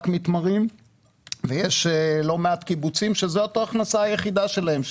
מתמרים ויש לא מעט קיבוצים שזאת ההכנסה היחידה שלהם,